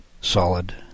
solid